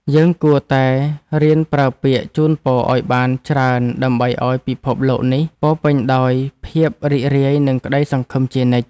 យើងគួរតែរៀនប្រើពាក្យជូនពរឱ្យបានច្រើនដើម្បីឱ្យពិភពលោកនេះពោរពេញដោយភាពរីករាយនិងក្ដីសង្ឃឹមជានិច្ច។